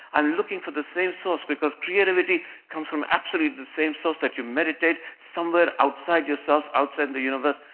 i'm looking for the same source because creativity comes from absolutely the same source that you meditate somewhere outside yourself, outside the universe.